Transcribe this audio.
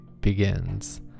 begins